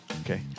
Okay